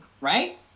right